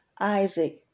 Isaac